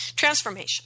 Transformation